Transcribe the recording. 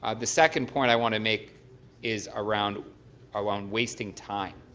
um the second point i want to make is around around wasing time.